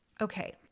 Okay